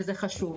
וזה חשוב.